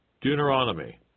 Deuteronomy